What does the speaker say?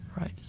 Right